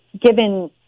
given